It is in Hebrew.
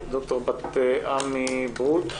ד"ר בת-עמי ברוט,